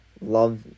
love